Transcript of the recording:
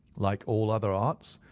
like all other arts,